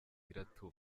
iratuba